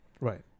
Right